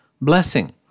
blessing